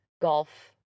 golf